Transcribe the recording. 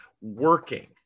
working